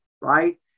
right